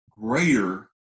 greater